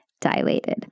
dilated